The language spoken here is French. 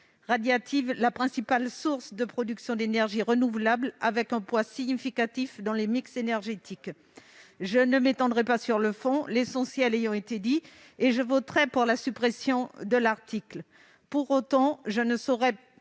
radiative la principale source de production d'énergie renouvelable, avec un poids significatif dans le mix énergétique. Je ne m'étendrai pas sur le fond, l'essentiel ayant été dit, et je voterai pour la suppression de l'article. Pour autant, je dois